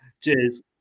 Cheers